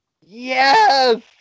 Yes